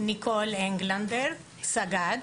ניקול אנגלנדר, סג"ד,